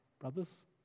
brothers